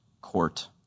court